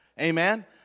Amen